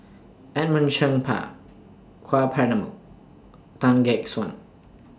Edmund Cheng Ka Perumal Tan Gek Suan